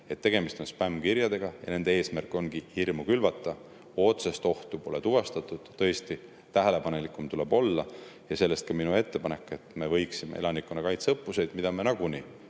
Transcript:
et tegemist on spämmkirjadega ja nende eesmärk ongi hirmu külvata. Otsest ohtu pole tuvastatud, aga tõesti, tähelepanelikum tuleb olla. Selles pärast ka minu ettepanek, et me võiksime elanikkonnakaitse õppuseid ja koolitusi